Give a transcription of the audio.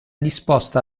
disposta